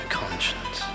conscience